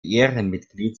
ehrenmitglied